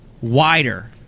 wider